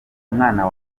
umwana